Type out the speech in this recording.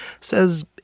says